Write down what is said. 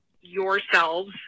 yourselves